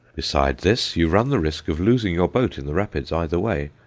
besides this, you run the risk of losing your boat in the rapids either way,